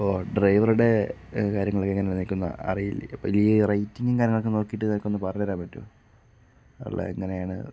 അപ്പോൾ ഡ്രൈവറുടെ കാര്യങ്ങൾ ഒക്കെ എങ്ങനെ ആണ് എനിക്ക് ഒന്നും അറിയില്ല അപ്പോൾ ഈ റേറ്റിങ്ങും കാര്യങ്ങളും ഒക്കെ ഒന്ന് നോക്കിട്ട് നിനക്ക് ഒന്ന് പറഞ്ഞു തരാൻ പറ്റുമൊ എല്ലാം എങ്ങനെ ആണ്